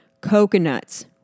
coconuts